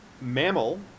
Mammal